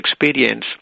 experience